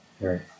Right